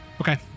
Okay